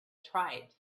tribes